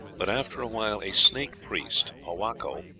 but after a while a snake-priest, powako,